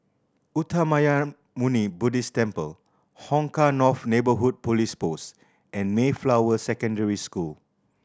Uttamayanmuni Buddhist Temple Hong Kah North Neighbourhood Police Post and Mayflower Secondary School